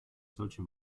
solche